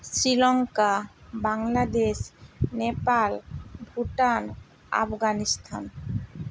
Sri Lanka Bangladesh Nepal Bhutan Afghanistan